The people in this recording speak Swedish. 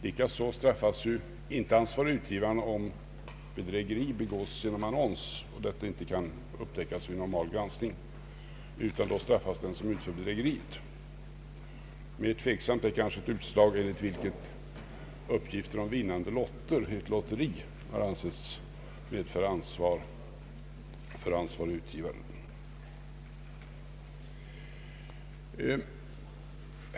Inte heller straffas ansvarige utgivaren om bedrägeri begås genom annons och detta inte kan upptäckas vid normal granskning, utan då straffas den som utfört bedrägeriet. Mer tveksamt är kanske ett utslag, enligt vilket uppgifter om vinnande lotter i ett lotteri har ansetts medföra ansvar för ansvarige utgivaren.